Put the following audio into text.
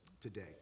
today